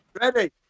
Ready